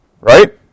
Right